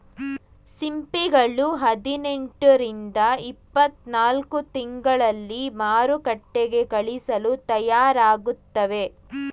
ಸಿಂಪಿಗಳು ಹದಿನೆಂಟು ರಿಂದ ಇಪ್ಪತ್ತನಾಲ್ಕು ತಿಂಗಳಲ್ಲಿ ಮಾರುಕಟ್ಟೆಗೆ ಕಳಿಸಲು ತಯಾರಾಗುತ್ತವೆ